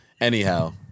anyhow